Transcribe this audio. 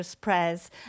prayers